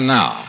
now